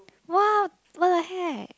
what what the heck